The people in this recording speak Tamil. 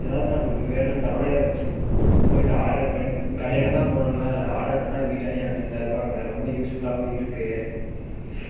ஏதாவது நம்மளுக்கு வேணும்னா கூட போய்ட்டு ஆர்டர் பண்ணி கடையாண்ட போகணும்னுலாம் இல்லை ஆர்டர் பண்ணால் வீட்டாண்டயே வந்து தருவாங்க ரொம்ப யூஸ்ஃபுல்லாகவும் இருக்கு